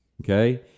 Okay